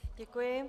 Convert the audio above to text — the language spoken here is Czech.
Děkuji.